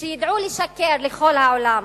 וידעו לשקר לכל העולם.